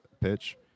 pitch